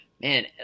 man